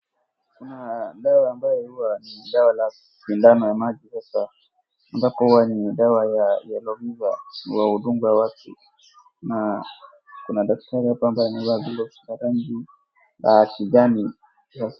Kuna dawa ambayo huwa ni dawa la shindano la maji ambapo huwa ni dawa ya yellow fever inayodungwa watu na kuna daktari hapa ambaye amevaa glovu za rangi kijani .